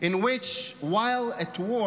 in which while at war